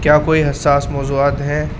کیا کوئی حساس موضوعات ہیں